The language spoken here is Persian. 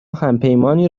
همپیمانی